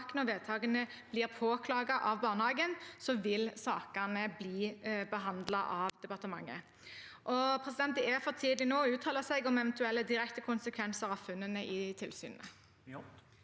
og vedtakene blir påklaget av barnehagene, vil sakene bli behandlet av departementet. Det er for tidlig nå å uttale seg om eventuelle direkte konsekvenser av funnene i tilsynene.